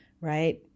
right